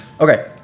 Okay